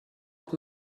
خیلی